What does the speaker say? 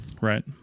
right